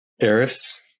Eris